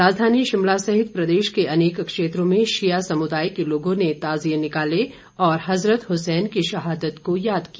राजधानी शिमला सहित प्रदेश के अनेक क्षेत्रों में शिया समुदाय के लोगों ने ताजिये निकाले और हजरत हुसैन की शहादत को याद किया